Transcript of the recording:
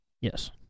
Yes